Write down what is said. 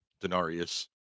denarius